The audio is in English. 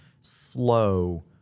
slow